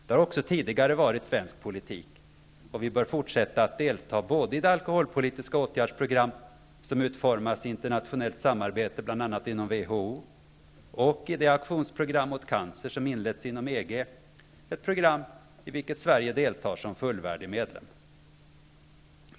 Det har också tidigare varit svensk politik. Vi bör fortsätta att delta både i det alkoholpolitiska åtgärdsprogram som utformas i internationellt samarbete, bl.a. inom WHO, och i det aktionsprogram mot cancer som har inletts inom EG, ett program i vilket Sverige deltar som fullvärdig medlem.